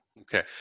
Okay